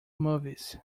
movies